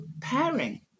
pairing